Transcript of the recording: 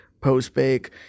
post-bake